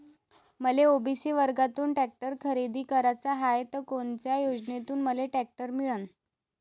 मले ओ.बी.सी वर्गातून टॅक्टर खरेदी कराचा हाये त कोनच्या योजनेतून मले टॅक्टर मिळन?